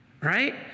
right